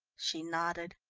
she nodded.